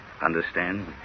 Understand